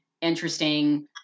interesting